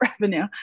revenue